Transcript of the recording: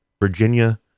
Virginia